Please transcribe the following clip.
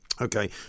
Okay